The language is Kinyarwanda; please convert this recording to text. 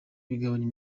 bigabanya